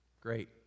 great